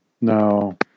No